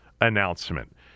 announcement